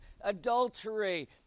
adultery